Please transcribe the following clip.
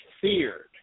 feared